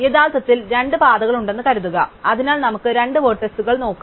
യഥാർത്ഥത്തിൽ രണ്ട് പാതകളുണ്ടെന്ന് കരുതുക അതിനാൽ നമുക്ക് രണ്ട് വെർട്ടെക്സ് നോക്കാം